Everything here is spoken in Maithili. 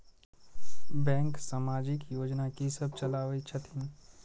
बैंक समाजिक योजना की सब चलावै छथिन?